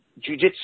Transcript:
jujitsu